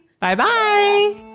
Bye-bye